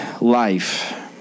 life